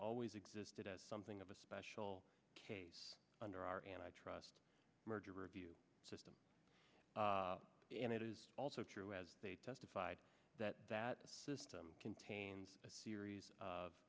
always existed as something of a special case under our and i trust merger review system and it is also true as they testified that that system contains a series